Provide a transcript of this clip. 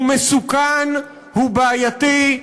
הוא מסוכן, הוא בעייתי.